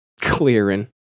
clearing